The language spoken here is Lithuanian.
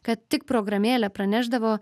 kad tik programėlė pranešdavo